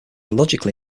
logically